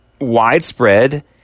widespread